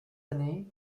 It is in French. années